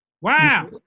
wow